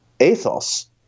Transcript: ethos